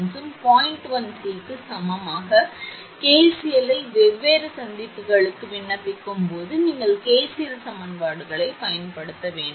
1 C க்கு சமமான KCL ஐ வெவ்வேறு சந்திப்புகளுக்கு விண்ணப்பிக்கும் போது நீங்கள் KCL சமன்பாடுகளைப் பயன்படுத்த வேண்டும்